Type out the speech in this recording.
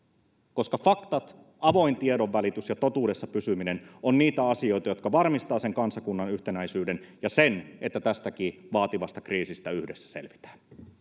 koska faktat avoin tiedonvälitys ja totuudessa pysyminen ovat niitä asioita jotka varmistavat sen kansakunnan yhtenäisyyden ja sen että tästäkin vaativasta kriisistä yhdessä selvitään